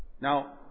Now